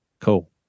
Cool